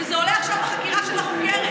וזה עולה עכשיו בחקירה של החוקרת.